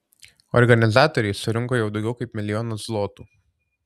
organizatoriai surinko jau daugiau kaip milijoną zlotų